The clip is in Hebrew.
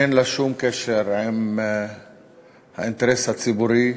אין לה שום קשר עם האינטרס הציבורי.